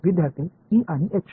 विद्यार्थी ई आणि एच